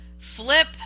flip